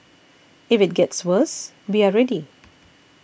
if it gets worse we are ready